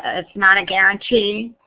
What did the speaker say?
it's not a guarantee.